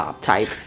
type